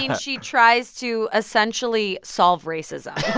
she tries to essentially solve racism.